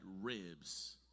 ribs